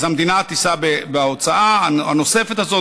המדינה תישא בהוצאה הנוספת הזאת,